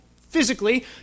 physically